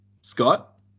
Scott